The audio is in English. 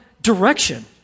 direction